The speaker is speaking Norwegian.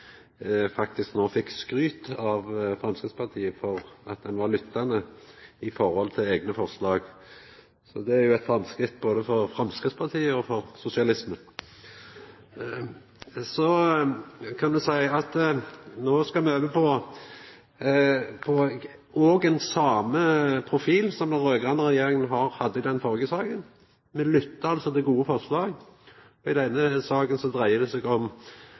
faktisk no fekk skryt av Framstegspartiet for at ein var lyttande i forhold til forslaga deira. Så det er jo eit framskritt både for Framstegspartiet og for sosialismen. Så kan me seia at no skal me òg over på den same profilen som den raud-grøne regjeringa hadde i den førre saka. Me lyttar altså til gode forslag. I denne saka dreier det seg om